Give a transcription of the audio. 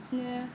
बिदिनो